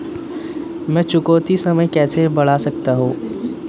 मैं चुकौती समय कैसे बढ़ा सकता हूं?